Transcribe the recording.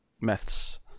myths